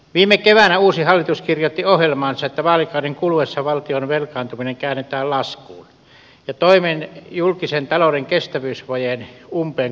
viime keväänä uusi hallitus kirjoitti ohjelmaansa että vaalikauden kuluessa valtion velkaantuminen käännetään laskuun ja toimet julkisen talouden kestävyysvajeen umpeen kuromiseksi aloitetaan